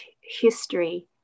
history